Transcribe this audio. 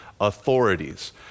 authorities